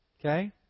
Okay